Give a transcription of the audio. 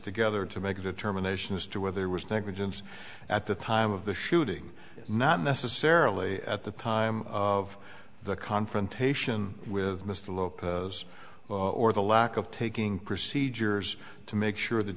together to make a determination as to where there was negligence at the time of the shooting not necessarily at the time of the confrontation with mr lopez or the lack of taking procedures to make sure that